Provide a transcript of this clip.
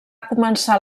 començar